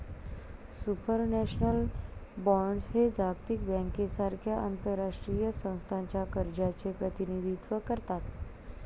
supranational bonds हे जागतिक बँकेसारख्या आंतरराष्ट्रीय संस्थांच्या कर्जाचे प्रतिनिधित्व करतात